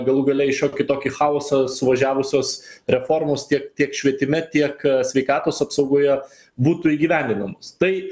galų gale į šiokį tokį chaosą suvažiavusios reformos tiek tiek švietime tiek sveikatos apsaugoje būtų įgyvendinamos tai